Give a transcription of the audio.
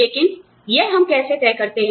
लेकिन यह हम कैसे तय करते हैं